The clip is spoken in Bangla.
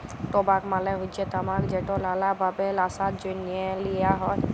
টবাক মালে হচ্যে তামাক যেট লালা ভাবে ল্যাশার জ্যনহে লিয়া হ্যয়